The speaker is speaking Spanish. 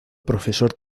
profesor